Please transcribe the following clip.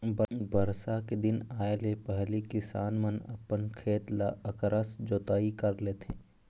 बरसा के दिन आए ले पहिली किसान मन अपन खेत ल अकरस जोतई कर लेथे